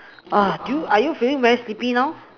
uh do you are you feeling very sleepy now